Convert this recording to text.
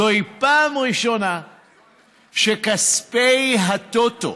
זוהי פעם ראשונה שכספי הטוטו,